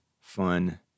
fun